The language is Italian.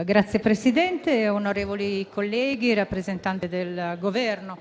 Signor Presidente, onorevoli colleghi, rappresentante del Governo,